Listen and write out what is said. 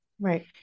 right